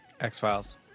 X-Files